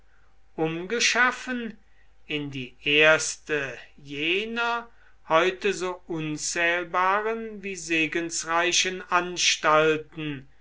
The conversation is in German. umgeschaffen in die erste jener heute so unzählbaren wie segensreichen anstalten